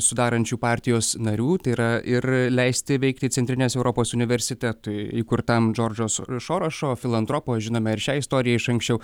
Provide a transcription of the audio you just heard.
sudarančių partijos narių tai yra ir leisti veikti centrinės europos universitetui įkurtam džordžo šorošo filantropo žinome ir šią istoriją iš anksčiau